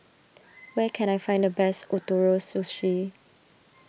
where can I find the best Ootoro Sushi